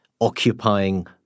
occupying